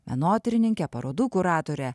menotyrininkę parodų kuratorę